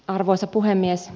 arvoisa puhemies